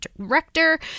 director